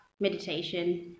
meditation